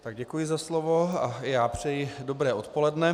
Tak děkuji za slovo a i já přeji dobré odpoledne.